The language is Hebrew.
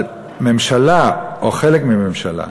אבל ממשלה או חלק מממשלה